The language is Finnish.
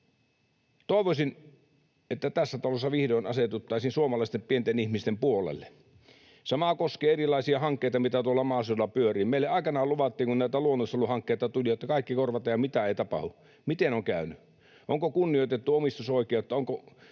Toivoisin, että tässä talossa vihdoin asetuttaisiin suomalaisten pienten ihmisten puolelle. Sama koskee erilaisia hankkeita, mitä tuolla maaseudulla pyörii. Meille aikanaan luvattiin, kun näitä luonnonsuojeluhankkeita tuli, että kaikki korvataan, ja mitään ei tapahdu. Miten on käynyt? Onko kunnioitettu omistusoikeutta?